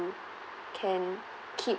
~u can keep